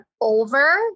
over